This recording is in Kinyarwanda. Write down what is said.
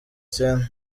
cyenda